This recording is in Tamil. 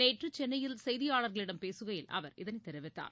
நேற்று சென்னையில் செய்தியாளர்களிடம் பேசுகையில் அவர் இதனை தெரிவித்தார்